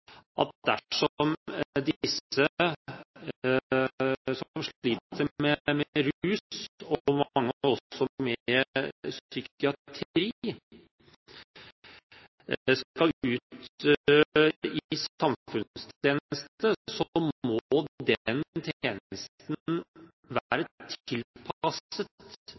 at dersom disse som sliter med rus, og mange også med psykiske problemer, skal ut i samfunnstjeneste, må den tjenesten være tilpasset